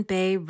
Bay